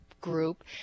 group